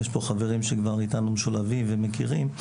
יש פה חברים שכבר איתנו משולבים ומכירים.